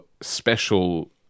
special